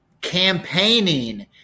campaigning